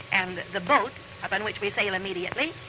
and the boat upon which we sail immediately,